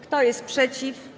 Kto jest przeciw?